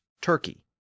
turkey